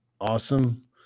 awesome